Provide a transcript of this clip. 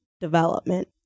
development